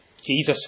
jesus